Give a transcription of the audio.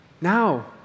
Now